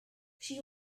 she